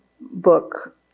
book